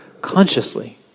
consciously